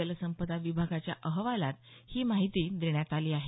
जलसंपदा विभागाच्या अहवालात ही माहिती देण्यात आली आहे